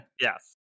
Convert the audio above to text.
Yes